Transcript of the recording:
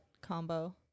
combo